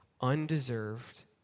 undeserved